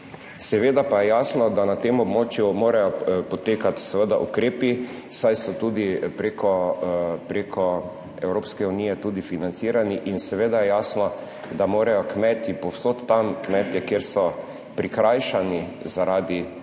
Seveda pa je jasno, da na tem območju morajo potekati seveda ukrepi, saj so tudi preko preko Evropske unije tudi financirani in seveda je jasno, da morajo kmetje povsod tam kmetje, kjer so prikrajšani zaradi ukrepov,